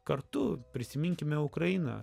kartu prisiminkime ukrainą